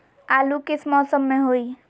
आलू किस मौसम में होई?